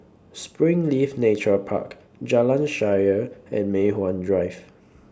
Springleaf Nature Park Jalan Shaer and Mei Hwan Drive